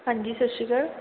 ਹਾਂਜੀ ਸਤਿ ਸ਼੍ਰੀ ਅਕਾਲ